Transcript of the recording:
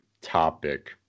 topic